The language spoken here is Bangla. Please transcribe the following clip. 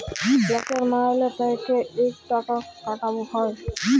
লকের মাইলে থ্যাইকে ইকট টাকা কাটা হ্যয়